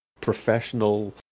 professional